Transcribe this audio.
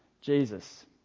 Jesus